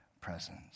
presence